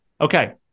Okay